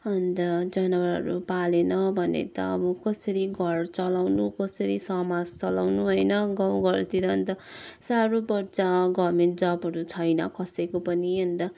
अन्त जनावरहरू पालेन भने त अब कसरी घर चलाउनु कसरी समाज चलाउनु होइन गाउँ घरतिर अन्त साह्रो पर्छ गर्मेन्ट जबहरू छैन कसैको पनि अन्त